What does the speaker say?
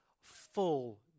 full